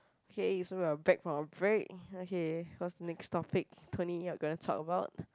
K so we are back from a very okay cause next topic twenty we are going to talk about